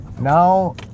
Now